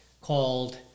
called